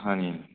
ਹਾਂਜੀ